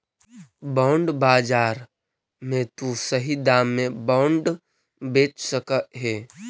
bond बाजार में तु सही दाम में बॉन्ड बेच सकऽ हे